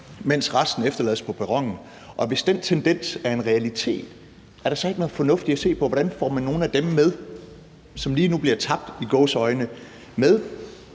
mens resten efterlades på perronen. Og hvis den tendens er en realitet, er der så ikke noget fornuft i at se på, hvordan man får nogle af dem, som lige nu bliver tabt, i gåseøjne, med